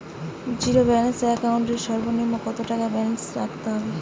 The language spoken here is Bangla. জীরো ব্যালেন্স একাউন্ট এর সর্বনিম্ন কত টাকা ব্যালেন্স রাখতে হবে?